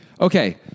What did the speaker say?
Okay